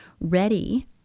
ready